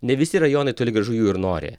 ne visi rajonai toli gražu jų ir nori